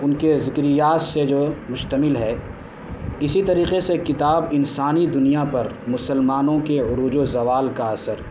ان کے ذکریات سے جو مشتمل ہے اسی طریقے سے ایک کتاب انسانی دنیا پر مسلمانوں کے عروج و زوال کا اثر